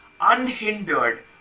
unhindered